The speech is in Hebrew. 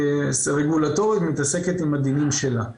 רגולטורית מתעסקת עם הדינים שלה.